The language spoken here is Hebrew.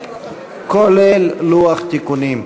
רזרבה כללית, לשנת התקציב 2015,